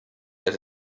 that